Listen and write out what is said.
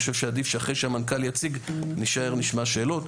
אני חושב שעדיף שאחרי שהמנכ"ל יציג נישאר ונשמע שאלות.